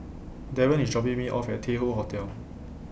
Darron IS dropping Me off At Tai Hoe Hotel